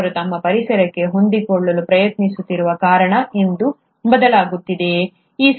ಅವರು ತಮ್ಮ ಪರಿಸರಕ್ಕೆ ಹೊಂದಿಕೊಳ್ಳಲು ಪ್ರಯತ್ನಿಸುತ್ತಿರುವ ಕಾರಣ ಅದು ಬದಲಾಗುತ್ತಿದೆಯೇ